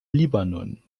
libanon